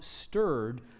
stirred